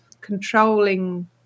controlling